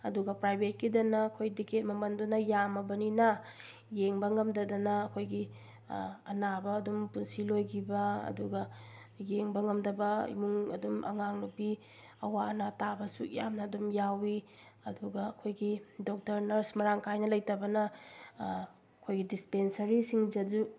ꯑꯗꯨꯒ ꯄ꯭ꯔꯥꯏꯕꯦꯠꯀꯤꯗꯅ ꯑꯩꯈꯣꯏ ꯇꯤꯛꯀꯦꯠ ꯃꯃꯟꯗꯨꯅ ꯌꯥꯝꯃꯕꯅꯤꯅ ꯌꯦꯡꯕ ꯉꯝꯗꯗꯅ ꯑꯩꯈꯣꯏꯒꯤ ꯑꯅꯥꯕ ꯑꯗꯨꯝ ꯄꯨꯟꯁꯤ ꯂꯣꯏꯈꯤꯕ ꯑꯗꯨꯒ ꯌꯦꯡꯕ ꯉꯝꯗꯕ ꯑꯃꯨꯡ ꯑꯗꯨꯝ ꯑꯉꯥꯡ ꯅꯨꯕꯤ ꯑꯋꯥ ꯑꯅꯥ ꯇꯥꯕꯁꯨ ꯌꯥꯝꯅ ꯑꯗꯨꯝ ꯌꯥꯎꯏ ꯑꯗꯨꯒ ꯑꯩꯈꯣꯏꯒꯤ ꯗꯣꯛꯇꯔ ꯅꯔꯁ ꯃꯔꯥꯡ ꯀꯥꯏꯅ ꯂꯩꯇꯕꯅ ꯑꯩꯈꯣꯏꯒꯤ ꯗꯤꯁꯄꯦꯟꯁꯔꯤꯁꯤꯡ